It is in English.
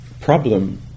problem